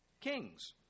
kings